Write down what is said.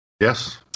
Yes